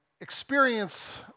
experience